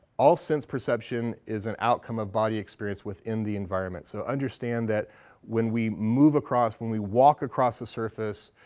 all sense perception is an outcome of body experience within the environment. so understand that when we move across, when we walk across a surface,